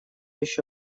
ещё